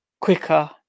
quicker